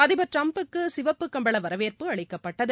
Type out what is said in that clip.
அதிபர் டிம்புக்கு சிவப்பு கம்பள வரவேற்பு அளிக்கப்பட்டது